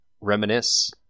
reminisce